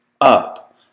up